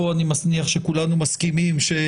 פה אני מניח שכולנו מסכימים.